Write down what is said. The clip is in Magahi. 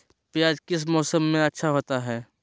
प्याज किस मौसम में अच्छा होता है?